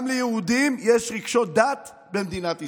גם ליהודים יש רגשות דת במדינת ישראל.